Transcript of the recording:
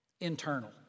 Internal